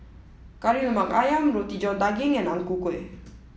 Kari Lemak Ayam Roti John Daging and Ang Ku Kueh